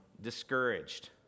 discouraged